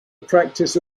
practice